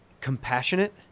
compassionate